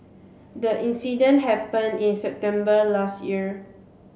the incident happen in September last year